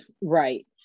right